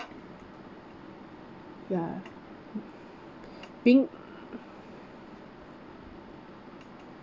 ya being